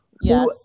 yes